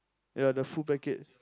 ya the full package